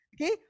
okay